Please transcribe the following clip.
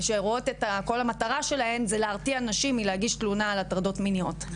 שכל המטרה שלהן זה להרתיע אנשים מלהגיש תלונה על הטרדות מיניות.